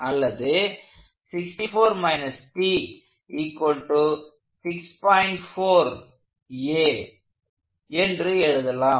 அல்லது என்று எழுதலாம்